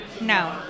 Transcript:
No